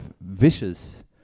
vicious